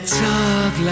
talk